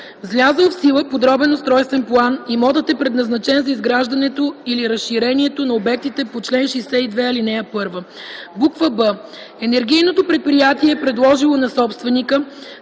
влязъл в сила подробен устройствен план имотът е предназначен за изграждането или разширението на обектите по чл. 62, ал. 1; б) енергийното предприятие е предложило на собственика,